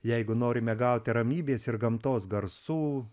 jeigu norime gauti ramybės ir gamtos garsų